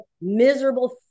miserable